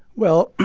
well,